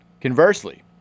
Conversely